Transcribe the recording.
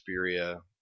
Xperia